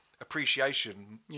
appreciation